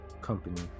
company